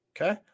Okay